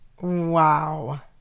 Wow